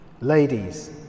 Ladies